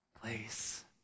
place